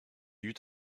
eut